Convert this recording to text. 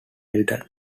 milton